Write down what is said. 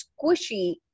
squishy